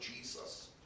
Jesus